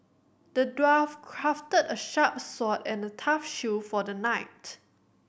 the dwarf crafted a sharp sword and a tough shield for the knight